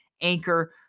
Anchor